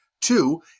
Two